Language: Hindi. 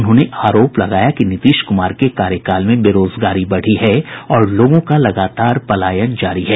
उन्होंने आरोप लगाया कि नीतीश कुमार के कार्यकाल में बेरोजगारी बढ़ी है और लोगों का लगातार पलायन जारी है